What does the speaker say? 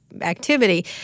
activity